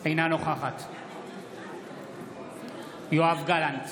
אינה נוכחת יואב גלנט,